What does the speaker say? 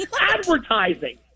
advertising